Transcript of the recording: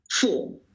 four